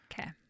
okay